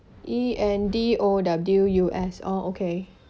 E N D O W U S oh okay